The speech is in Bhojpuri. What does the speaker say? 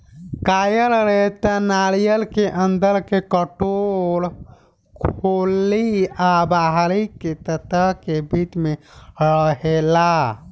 कॉयर रेशा नारियर के अंदर के कठोर खोली आ बाहरी के सतह के बीच में रहेला